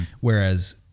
Whereas